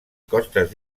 costes